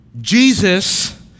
Jesus